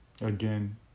Again